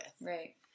Right